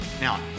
Now